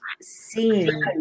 seeing